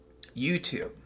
YouTube